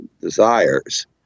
desires